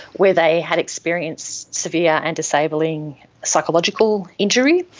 where they had experienced severe and disabling psychological injury.